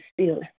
stealing